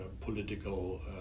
political